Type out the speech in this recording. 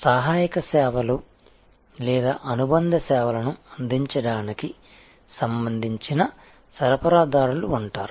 సహాయక సేవలు లేదా అనుబంధ సేవలను అందించడానికి సంబంధించిన సరఫరాదారులు ఉంటారు